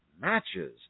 matches